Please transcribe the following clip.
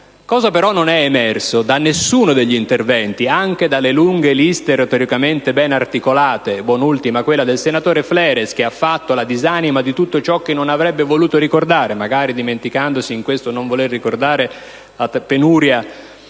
ciò che non è emerso in nessuno degli interventi - nemmeno nelle lunghe liste, retoricamente ben articolate, buon'ultima quella del senatore Fleres, che ha fatto la disamina di tutto ciò che non avrebbe voluto ricordare, dimenticandosi magari in questo non voler ricordare la penuria